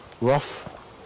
rough